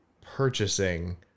purchasing